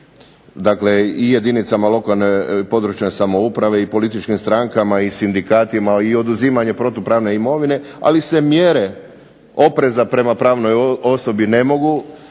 dakle i jedinicama lokalne, područne samouprave i političkim strankama i sindikatima i oduzimanje protupravne imovine, ali se mjere opreza prema pravnoj osobi ne mogu